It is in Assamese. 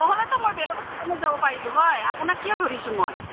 নহ'লেতো মই বেলেগৰ দোকানত যাব পাৰিলোঁ হয় আপোনাক কিয় ধৰিছোঁ মই